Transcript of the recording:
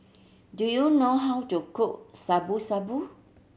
do you know how to cook Shabu Shabu